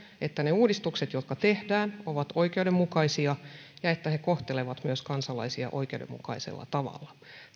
että ne uudistukset jotka tehdään ovat oikeudenmukaisia ja että ne myös kohtelevat kansalaisia oikeudenmukaisella tavalla